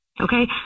Okay